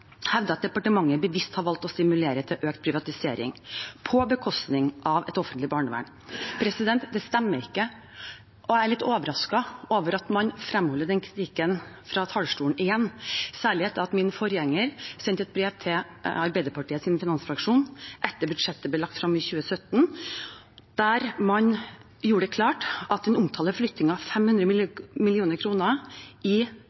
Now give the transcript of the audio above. hevder at departementet bevisst har valgt å stimulere til økt privatisering på bekostning av et offentlig barnevern. Det stemmer ikke. Jeg er litt overrasket over at man fremholder den kritikken fra talerstolen igjen, særlig etter at min forgjenger sendte et brev til Arbeiderpartiets finansfraksjon etter at budsjettet ble lagt frem i 2017, der man gjorde det klart at den omtalte flyttingen av 500 mill. kr i